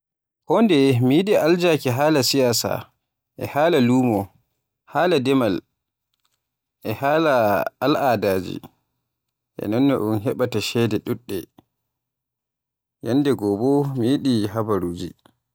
Kondeye mi yiɗi aljaaka haala Siyasar, haala lumo, demal, e haala al'adaaji e nonno in hebaata ceede dudde, yanndegoo mi yiɗi habaruuji.